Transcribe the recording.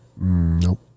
Nope